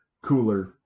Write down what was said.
cooler